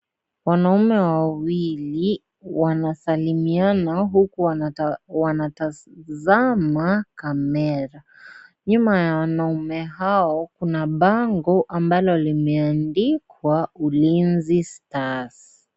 Wanaume wawili wanasalimiama huku wanatazama kamera. Nyuma ya wanaume hawa kuna bango ambalo limeandikwa ulinzi safi.